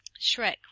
Shrek